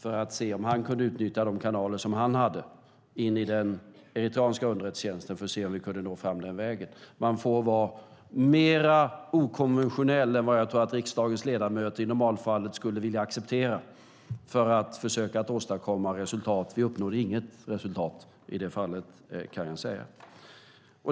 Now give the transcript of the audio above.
Vi ville se om han kunde utnyttja de kanaler som han hade in i den eritreanska underrättelsetjänsten för att ta reda på om vi kunde nå fram den vägen. Man får vara mer okonventionell för att försöka åstadkomma resultat än vad jag tror att riksdagens ledamöter i normalfallet skulle vilja acceptera. Vi uppnådde inget resultat i det fallet, kan jag säga.